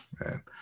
man